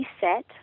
set